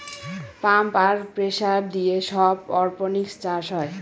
pump আর pressure দিয়ে সব অরপনিক্স চাষ হয়